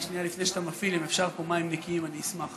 לפני שאתה מפעיל, אם אפשר פה מים נקיים, אשמח.